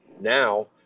now